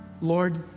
Lord